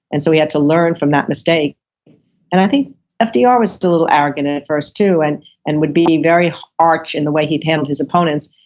and so he had to learn from that mistake and i think fdr was still a little arrogant and at first too, and and would be very harsh in the way he'd handled his opponents.